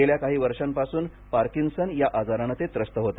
गेल्याकाही वर्षापासून पार्किन्सन या आजाराने ते त्रस्त होते